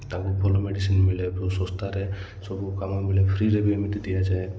ତାଙ୍କୁ ଭଲ ମେଡ଼ିସିନ୍ ମିଳେ ଏବଂ ଶସ୍ତାରେ ସବୁ କାମ ମିଳେ ଫ୍ରୀରେ ବି ଏମିତି ଦିଆଯାଏ